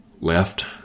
left